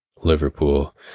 Liverpool